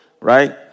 right